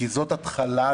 כי זאת ההתחלה,